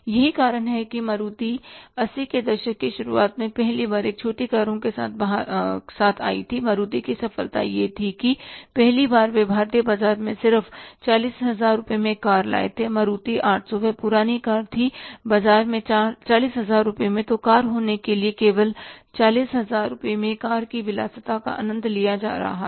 यही कारण है कि मारुति 80 के दशक की शुरुआत में पहली बार एक छोटी कारों के साथ आई थी मारुति की सफलता यह थी कि पहली बार वे भारतीय बाजार में सिर्फ 40000 रुपये में एक कार लाए थे मारुति 800 वह पुरानी कार थी बाजार में ४०००० रुपये में तो कार होने के लिए केवल ४०००० रुपये में कार की विलासिता का आनंद लिया जा रहा था